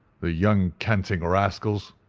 the young canting rascals!